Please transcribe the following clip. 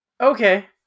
okay